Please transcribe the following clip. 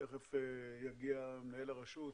תיכף יגיע מנהל הרשות,